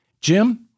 Jim